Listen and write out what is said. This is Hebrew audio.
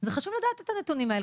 זה חשוב לדעת את הנתונים האלה.